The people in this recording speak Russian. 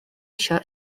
еще